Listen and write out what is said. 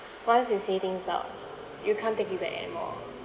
once you say things out you can't take it back anymore